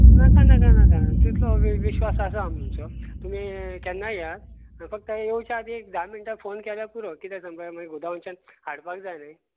नाका नाका नाका तितलो विश्वास आसा आमचो तुमी केन्ना येया फक्त येवच्या आदीं एक धा मिनटां फोन केल्यार पुरो कित्याक सांग पळोवया मागीर गोदांवच्यान हाडपाक जाय न्हय